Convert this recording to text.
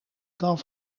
kan